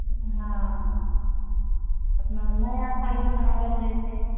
हँ अपना नया साल भी मनावैला जाइत छै